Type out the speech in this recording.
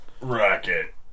racket